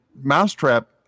Mousetrap